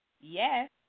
Yes